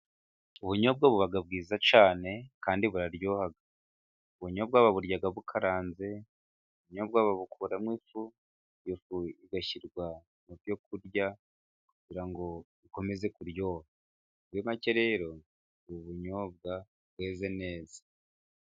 ubunyobwa buba bwiza cyane kandi buraryoha. Ubunyobwa baburya bukaranze, ubunyobwa babukuramo ifu, igashyirwa mu byokurya kugira ngo bikomeze kuryoha. Muri make rero ubu bunyobwa bweze neza.